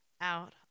out